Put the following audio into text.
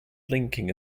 blinking